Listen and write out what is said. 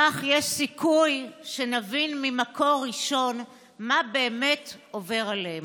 כך יש סיכוי שנבין ממקור ראשון מה באמת עובר עליהם.